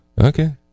Okay